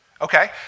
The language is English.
Okay